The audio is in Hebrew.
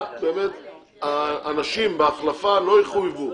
האנשים בהחלפה לא יחויבו.